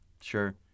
Sure